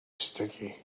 sticky